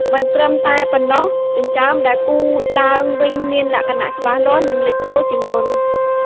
មិនត្រឹមតែប៉ុណ្ណោះ ចិញ្ចើមដែលគូរឡើងវិញមានលក្ខណៈច្បាស់លាស់ និងលេចធ្លោជាងមុន។